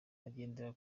agendera